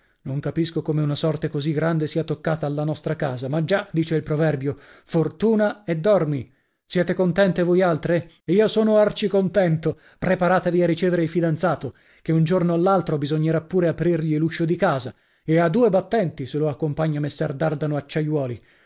non capisco come una sorte così grande sia toccata alla nostra casa ma già dice il proverbio fortuna e dormi siete contente voi altre io sono arcicontento preparatevi a ricevere il fidanzato che un giorno o l'altro bisognerà pure aprirgli l'uscio di casa e a due battenti se lo accompagna messer dardano acciaiuoli